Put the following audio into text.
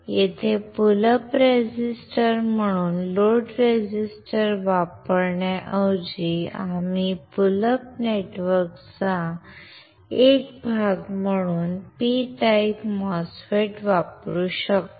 येथे pull up resistor म्हणून load resistor वापरण्याऐवजी आम्ही पुल अप नेटवर्कचा एक भाग म्हणून P टाइप MOSFET वापरू शकतो